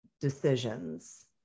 decisions